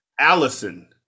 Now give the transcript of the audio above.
Allison